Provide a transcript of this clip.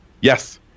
Yes